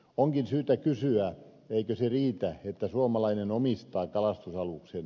onkin syytä kysyä eikö se riitä että suomalainen omistaa kalastusaluksen